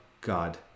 God